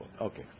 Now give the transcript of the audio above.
Okay